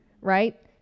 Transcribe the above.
right